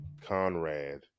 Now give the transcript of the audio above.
Conrad